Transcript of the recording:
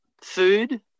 food